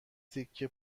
تکه